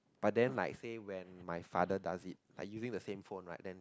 but then like say when my father does it like using the same phone right then